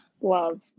Love